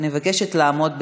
אני מבקשת לעמוד בזמנים,